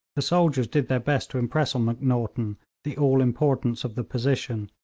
the soldiers did their best to impress on macnaghten the all-importance of the position.